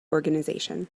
organization